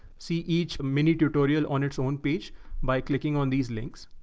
see each mini tutorial on its own page by clicking on these links.